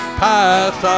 path